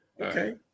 okay